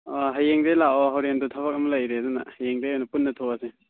ꯑꯣ ꯍꯌꯦꯡꯗꯒꯤ ꯂꯥꯛꯂꯣ ꯍꯣꯔꯦꯟꯗꯣ ꯊꯕꯛ ꯑꯃ ꯂꯩꯔꯦ ꯑꯗꯨꯅ ꯍꯌꯦꯡꯗꯒꯤ ꯑꯣꯏꯅ ꯄꯨꯟꯅ ꯊꯣꯛꯑꯁꯤ